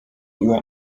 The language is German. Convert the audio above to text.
uhr